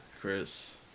Chris